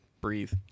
breathe